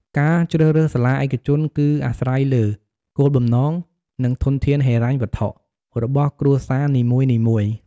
ការជ្រើសរើសសាលាឯកជនគឺអាស្រ័យលើ គោលបំណង និងធនធានហិរញ្ញវត្ថុ របស់គ្រួសារនីមួយៗ។